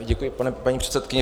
Děkuji, paní předsedkyně.